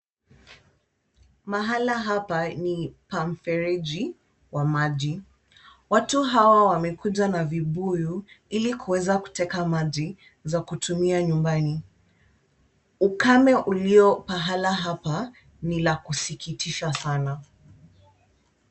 Mahala hapa ni pa mfereji wa maji. Watu hawa wamekuja na vibuyu ili kuweza kuteka maji za kutumia nyumbani. Ukame ulio pahala hapa ni la kusikitishwa sana.